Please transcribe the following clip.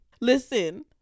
Listen